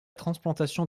transplantation